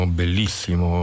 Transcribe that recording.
bellissimo